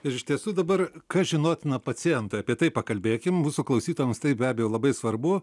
ir iš tiesų dabar kas žinotina pacientui apie tai pakalbėkim mūsų klausytojams tai be abejo labai svarbu